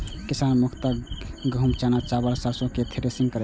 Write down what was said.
किसान मुख्यतः गहूम, चना, चावल, सरिसो केर थ्रेसिंग करै छै